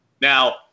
Now